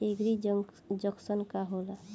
एगरी junction का होला?